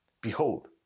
Behold